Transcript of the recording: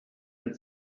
mit